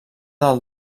del